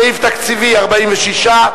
סעיף תקציבי 46,